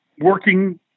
working